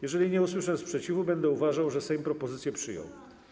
Jeżeli nie usłyszę sprzeciwu, będę uważał, że Sejm propozycje przyjął.